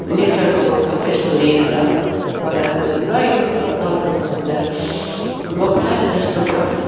नेचरको अब यस्तो हेरेर बनाउछु नहेरी चाहिँ म बनाउनु सक्तिनँ म प्रायः जस्तो ब्रस